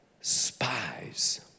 spies